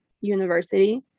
university